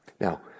Now